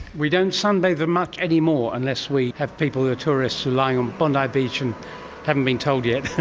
we don't sunbathe much anymore, unless we have people who are tourists lying on bondi beach and haven't been told yet.